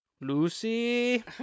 Lucy